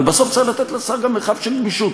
אבל בסוף צריך לתת לשר גם מרחב של גמישות.